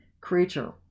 creature